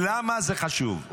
למה זה חשוב?